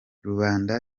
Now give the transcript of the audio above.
rubanda